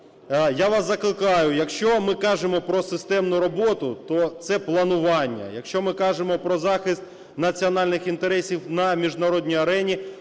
Я вас закликаю, якщо ми кажемо про системну роботу, то це планування. Якщо ми кажемо про захист національних інтересів на міжнародній арені,